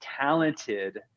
talented